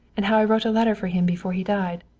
and how i wrote a letter for him before he died?